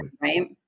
right